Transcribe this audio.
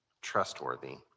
trustworthy